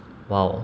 !wow!